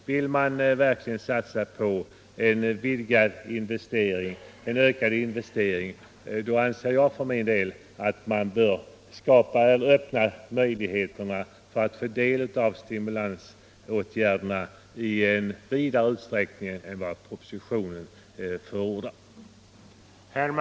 Vill man verkligen satsa på att få till stånd ökade investeringar, bör man vidga möjligheterna så att fler kan få del av stimulansåtgärderna.